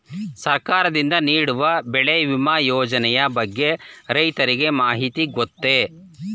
ಸರ್ಕಾರದಿಂದ ನೀಡುವ ಬೆಳೆ ವಿಮಾ ಯೋಜನೆಯ ಬಗ್ಗೆ ರೈತರಿಗೆ ಮಾಹಿತಿ ಗೊತ್ತೇ?